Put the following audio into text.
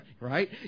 right